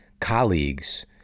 colleagues